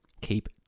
keep